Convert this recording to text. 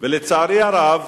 לצערי הרב,